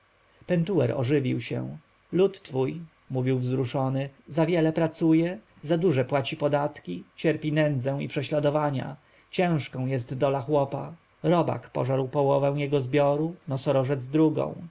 pentuer ożywił się lud twój mówił wzruszony za wiele pracuje za duże płaci podatki cierpi nędzę i prześladowania ciężką jest dola chłopa robak pożarł połowę jego zbioru nosorożec drugą